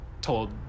told